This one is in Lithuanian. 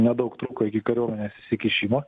nedaug trūko iki kariuomenės įsikišimo